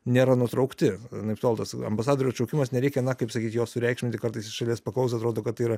nėra nutraukti anaiptol tas ambasadorių atšaukimas nereikia na kaip sakyti jo sureikšminti kartais iš šalies paklausius atrodo kad yra